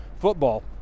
football